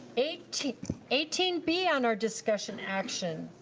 eighteen eighteen b on our discussion action.